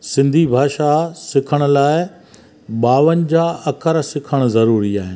सिंधी भाषा सिखण लाइ ॿावंजाह अखर सिखण ज़रूरी आहिनि